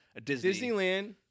Disneyland